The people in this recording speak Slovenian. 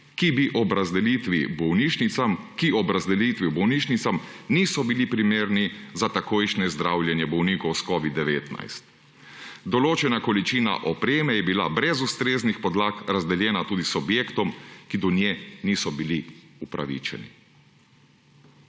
ki ob razdelitvi bolnišnicam niso bili primerni za takojšnje zdravljenje bolnikov s COVID-19. Določena količina opreme je bila brez ustreznih podlag razdeljena tudi subjektom, ki do nje niso bili upravičeni.«